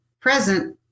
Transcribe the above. present